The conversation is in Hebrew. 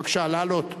בבקשה לעלות.